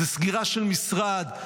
זו סגירה של משרד,